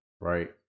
right